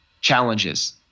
challenges